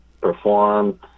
perform